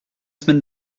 semaine